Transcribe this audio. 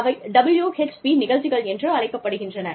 அவை WHP நிகழ்ச்சிகள் என்று அழைக்கப்படுகின்றன